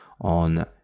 on